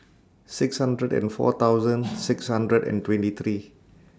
six hundred and four thousand six hundred and twenty three